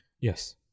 Yes